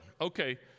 Okay